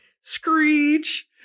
screech